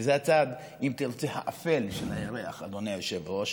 וזה הצד, אם תרצה, האפל של הירח, אדוני היושב-ראש.